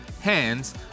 hands